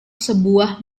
sebuah